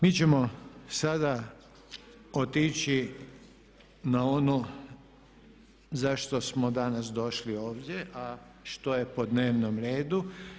Mi ćemo sada otići na ono za što smo danas došli ovdje, a što je po dnevnom redu.